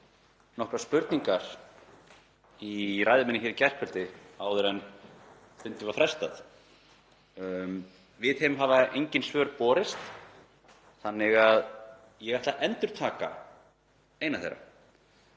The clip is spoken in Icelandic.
nokkrar spurningar í ræðu minni í gærkvöldi áður en fundi var frestað. Við þeim hafa engin svör borist þannig að ég ætla að endurtaka eina þeirra.